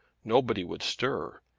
nobody would stir.